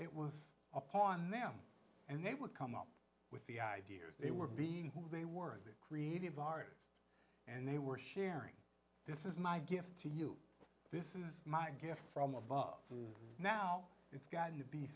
it was upon them and they would come up with the ideas they were being who they were creative artist and they were sharing this is my gift to you this is my gift from above now it's gotten to be